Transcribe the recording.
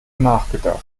nachgedacht